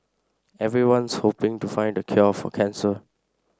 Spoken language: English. everyone's hoping to find the cure for cancer